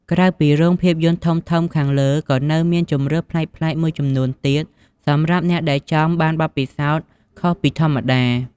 ក្រៅពីរោងភាពយន្តធំៗខាងលើ ក៏នៅមានជម្រើសប្លែកៗមួយចំនួនទៀតសម្រាប់អ្នកដែលចង់បានបទពិសោធន៍ខុសពីធម្មតា។